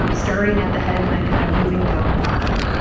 um starting at the head and then kind of moving down the body.